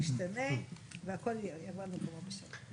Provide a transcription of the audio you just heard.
והכול יבוא על מקומו בשלום.